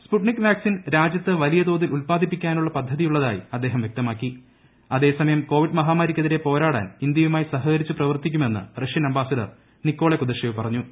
Sputnik vaccine രാജ്യത്ത് വലിയതോതിൽ ഉത്പാദിപ്പിക്കാനുള്ള പദ്ധതിയുള്ളതായി അദ്ദേഹം വ്യക്തമാക്കിം അതേസമയം കോവിഡ് മഹാമാരിയ്ക്കെതിരെ പോരാടാൻ ഇന്ത്യയുമായി സഹകരിച്ചു പ്രവർത്തിക്കുമെന്ന് റഷ്യൻ അ്ബാസിഡർ നിക്കോളെ കുദഷേവ് പറഞ്ഞു